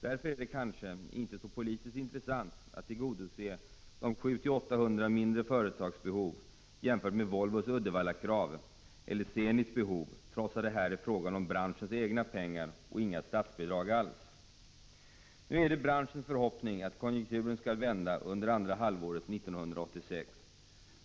Därför är det kanske inte så politiskt intressant att tillgodose dessa 700-800 mindre företags behov, jämfört med Volvos Uddevallakrav eller Zenits behov, trots att det här är fråga om branschens egna pengar och inga statsbidrag alls. Nu är det branschens förhoppning att konjunkturen skall vända under andra halvåret 1986.